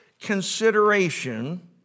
consideration